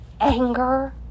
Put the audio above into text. anger